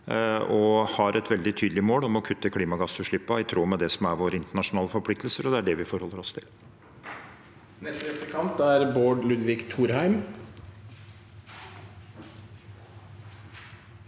og har et veldig tydelig mål om å kutte klimagassutslippene i tråd med det som er våre internasjonale forpliktelser, og det er det vi forholder oss til.